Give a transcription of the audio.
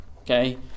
Okay